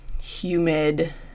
humid